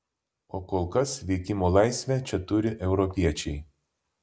o kol kas veikimo laisvę čia turi europiečiai